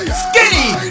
skinny